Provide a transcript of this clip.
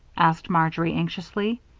asked marjory, anxiously.